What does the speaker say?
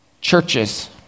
churches